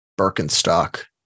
Birkenstock